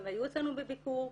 הם היו אצלנו בביקור,